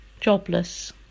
jobless